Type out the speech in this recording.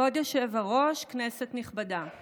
כבוד היושב-ראש, כנסת נכבדה.